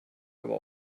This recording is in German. aber